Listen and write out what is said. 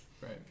Right